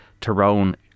Tyrone